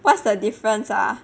what's the difference ah